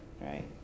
right